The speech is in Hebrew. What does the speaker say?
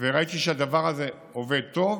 וראיתי שהדבר הזה עובד טוב.